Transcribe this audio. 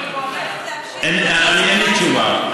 אם היא עומדת, אין לי תשובה.